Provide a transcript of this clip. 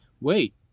wait